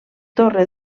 torre